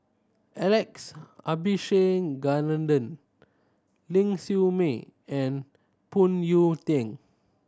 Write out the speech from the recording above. Alex Abisheganaden Ling Siew May and Phoon Yew Tien